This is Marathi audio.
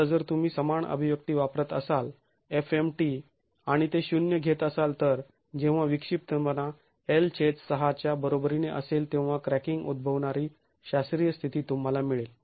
आता जर तुम्ही समान अभिव्यक्ती वापरत असाल f mt आणि ते शून्य घेत असाल तर जेव्हा विक्षिप्तपणा l6 च्या बरोबरीने असेल तेव्हा क्रॅकिंग उद्भवणारी शास्त्रीय स्थिती तुम्हाला मिळेल